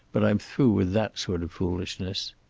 but i'm through with that sort of foolishness.